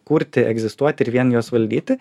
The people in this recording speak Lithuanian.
kurti egzistuoti ir vien juos valdyti